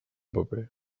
paper